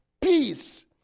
peace